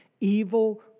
evil